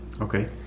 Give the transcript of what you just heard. Okay